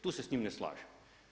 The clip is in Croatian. Tu se s njim ne slažem.